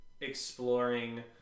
exploring